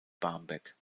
barmbek